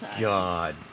God